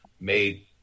made